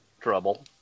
trouble